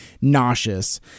nauseous